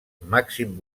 màxim